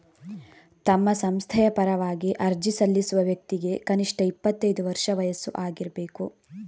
ತಮ್ಮ ಸಂಸ್ಥೆಯ ಪರವಾಗಿ ಅರ್ಜಿ ಸಲ್ಲಿಸುವ ವ್ಯಕ್ತಿಗೆ ಕನಿಷ್ಠ ಇಪ್ಪತ್ತೈದು ವರ್ಷ ವಯಸ್ಸು ಆಗಿರ್ಬೇಕು